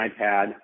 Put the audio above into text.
iPad